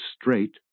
Straight